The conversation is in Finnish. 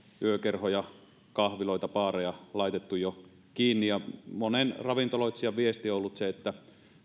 yökerhoja kahviloita baareja laitettu jo kiinni ja monen ravintoloitsijan viesti on ollut se että